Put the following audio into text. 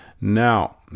now